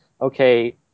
okay